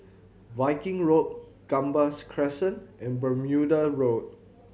Viking Road Gambas Crescent and Bermuda Road